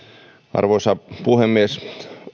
arvoisa puhemies